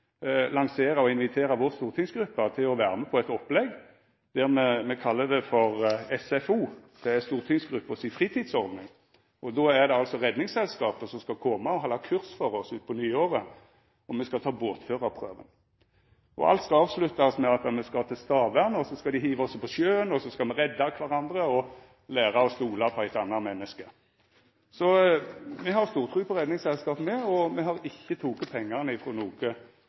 lansera eit opplegg og invitera vår stortingsgruppe til å vera med på det. Me kallar det for SFO – stortingsgruppa si fritidsordning. Redningsselskapet skal koma og halda kurs for oss utpå nyåret. Me skal ta båtførarprøva. Alt skal avsluttast med at me skal til Stavern. Så skal dei hiva oss på sjøen, og så skal me redda kvarandre og læra å stola på eit anna menneske. Me har stor tru på Redningsselskapet, og me har ikkje teke pengane frå noko